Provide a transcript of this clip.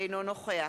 אינו נוכח